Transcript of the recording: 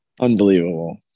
Unbelievable